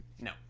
No